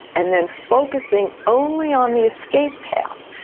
and then focusing only on the escape path.